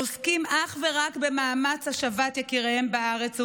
עוסקים אך ורק במאמץ השבת יקיריהם בארץ ובעולם.